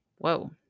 whoa